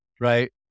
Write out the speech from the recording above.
right